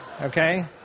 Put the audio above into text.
okay